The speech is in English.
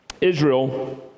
Israel